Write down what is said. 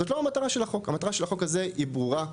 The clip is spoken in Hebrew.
זאת לא המטרה של החוק הזה היא ברורה,